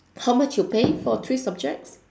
how much you pay for three subjects